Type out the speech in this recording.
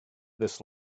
this